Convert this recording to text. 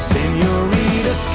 Senorita